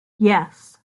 yes